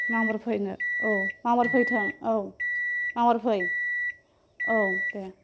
माबार फैनो औ माबार फैथों औ माबार फै औ दे